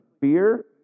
fear